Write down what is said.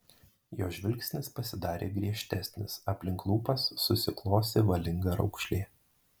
jo žvilgsnis pasidarė griežtesnis aplink lūpas susiklosi valinga raukšlė